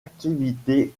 activité